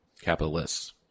capitalists